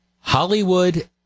Hollywood